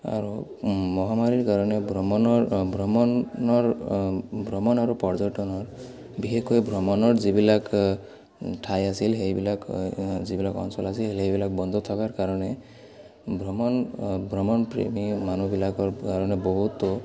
আৰু মহামাৰীৰ কাৰণে ভ্ৰমণৰ ভ্ৰমণৰ ভ্ৰমণ আৰু পৰ্যটনৰ বিশেষকৈ ভ্ৰমণৰ যিবিলাক ঠাই আছিল সেইবিলাক যিবিলাক অঞ্চল আছিল সেইবিলাক বন্ধ থকাৰ কাৰণে ভ্ৰমণ ভ্ৰমণপ্ৰেমী মানুহবিলাকৰ কাৰণে বহুতো